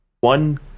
one